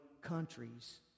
countries